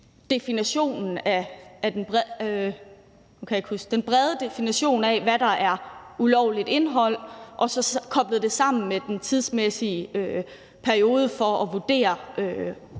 den brede definition af, hvad der er ulovligt indhold, og koblet det sammen med den tidsmæssige periode for at vurdere, om det